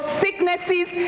sicknesses